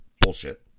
bullshit